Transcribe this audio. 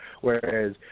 whereas